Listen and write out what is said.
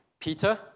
Peter